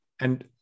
And-